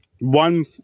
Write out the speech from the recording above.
One